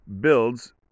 builds